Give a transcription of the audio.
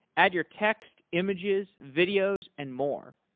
add your text, images, videos and more.